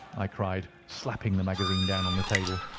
i cried, slapping the magazine down on the table,